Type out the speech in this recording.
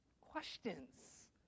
Questions